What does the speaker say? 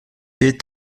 est